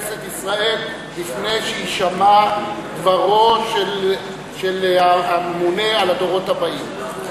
בכנסת ישראל לפני שיישמע דברו של הממונה על הדורות הבאים.